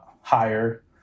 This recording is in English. higher